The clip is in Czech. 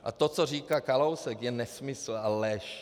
A to, co říká Kalousek, je nesmysl a lež.